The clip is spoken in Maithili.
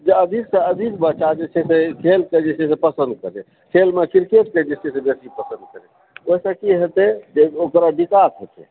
जे अधिक से अधिक बच्चा जे छै से ओकरा खेलकेँ पसन्द करै खेलमे क्रिकेटके जे छै से बेसी पसन्द करै ओहिसँ की हेतै जे ओकरा विकास हेतै